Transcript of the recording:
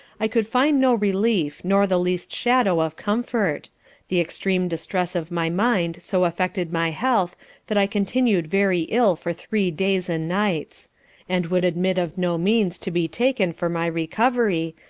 i could find no relief, nor the least shadow of comfort the extreme distress of my mind so affected my health that i continued very ill for three days, and nights and would admit of no means to be taken for my recovery,